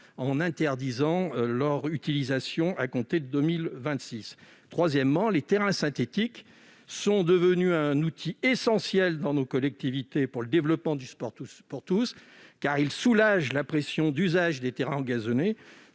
semble donc que nous brûlons les étapes. Troisièmement, les terrains synthétiques sont devenus un outil essentiel dans nos collectivités pour le développement du sport pour tous, car ils réduisent la pression d'usage sur les terrains engazonnés